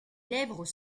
lèvres